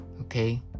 Okay